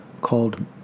called